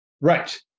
right